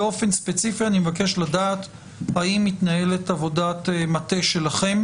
באופן ספציפי אני מבקש לדעת האם מתנהלת עבודת מטה שלכם